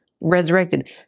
resurrected—